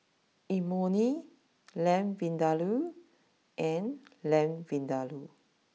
Imoni Lamb Vindaloo and Lamb Vindaloo